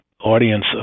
audience